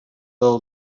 del